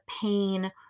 pain